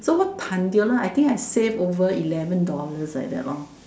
so wa tan tio lah I think I save over eleven dollars like that lor